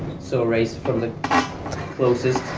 so raise from the closest.